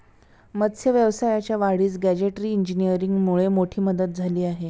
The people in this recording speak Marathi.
मत्स्य व्यवसायाच्या वाढीस गॅजेटरी इंजिनीअरिंगमुळे मोठी मदत झाली आहे